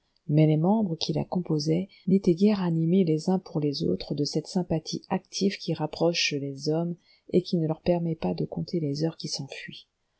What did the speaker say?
mais les membres qui la composaient n'étaient guère animés les uns pour les autres de cette sympathie active qui rapproche les hommes et qui ne leur permet pas de compter les heures qui